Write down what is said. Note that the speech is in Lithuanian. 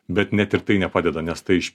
bet net ir tai nepadeda nes tai iš